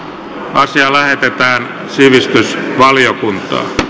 asia lähetetään sivistysvaliokuntaan